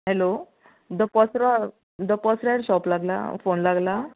hello द पोसरो द पोसऱ्यार शोप लागना फोन लागला